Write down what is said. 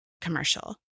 commercial